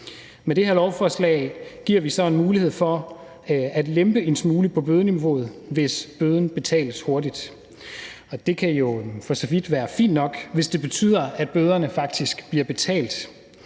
Med det her lovforslag giver vi så en mulighed for at lempe en smule på bødeniveauet, hvis bøden betales hurtigt. Og det kan for så vidt være fint nok, hvis det betyder, at bøderne faktisk bliver betalt.